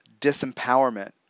disempowerment